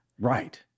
Right